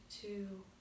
two